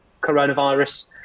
coronavirus